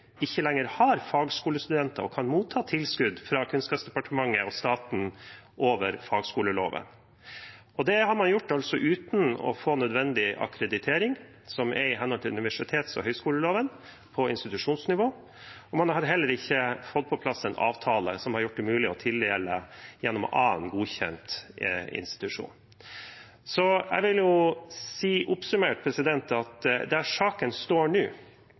ikke lenger har fagskolestudenter og kan motta tilskudd fra Kunnskapsdepartementet og staten etter fagskoleloven. Det har man altså gjort uten å få nødvendig akkreditering på institusjonsnivå som er i henhold til universitets- og høyskoleloven. Man har heller ikke fått på plass en avtale som har gjort det mulig med en tildeling gjennom annen godkjent institusjon. Oppsummert står saken slik nå: Det er bred enighet om at